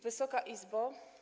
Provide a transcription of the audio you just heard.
Wysoka Izbo!